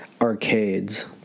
arcades